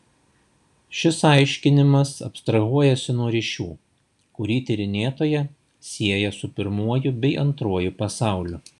šis aiškinimas abstrahuojasi nuo ryšių kurį tyrinėtoją sieja su pirmuoju bei antruoju pasauliu